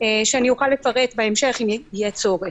שאני אוכל לפרט בהמשך אם יהיה צורך.